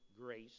grace